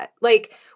like-